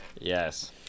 yes